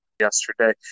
yesterday